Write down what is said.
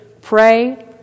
pray